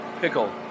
pickle